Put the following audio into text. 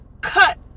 cut